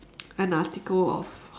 an article of